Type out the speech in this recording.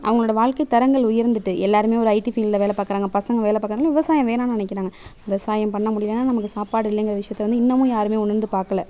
அவங்களோட வாழ்க்கை தரங்கள் உயர்ந்துவிட்டு எல்லோருமே ஒரு ஐடி ஃபீல்டில் வேலை பாக்கிறாங்க பசங்கள் வேலை பாக்கிறாங்கனு விவசாயம் வேணாம்னு நினைக்குறாங்க விவசாயம் பண்ண முடியலைன்னா நமக்கு சாப்பாடு இல்லங்கிற விஷயத்தை இன்னமும் யாரும் உணர்ந்து பார்க்கல